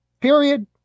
Period